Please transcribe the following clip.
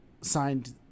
signed